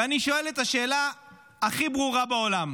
ואני שואל את השאלה הכי ברורה בעולם: